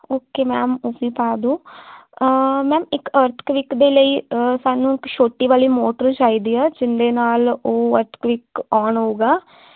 okay ma'am ਉਹ ਵੀ ਪਾ ਦਿਓ ਮੈਮ ਇੱਕ ਅਰਥਕਵਿਕ ਦੇ ਲਈ ਸਾਨੂੰ ਇੱਕ ਛੋਟੀ ਵਾਲੀ ਮੋਟਰ ਚਾਹੀਦੀ ਆ ਜਿਹਦੇ ਨਾਲ ਉਹ ਅਰਥਕਵਿਕ ਓਨ ਹੋਊਗਾ